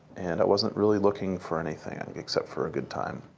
and i wasn't really looking for anything and except for a good time.